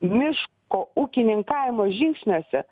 miško ūkininkavimo žingsniuose